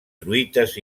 truites